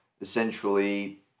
essentially